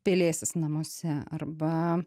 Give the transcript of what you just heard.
pelėsis namuose arba